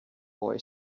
boy